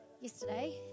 yesterday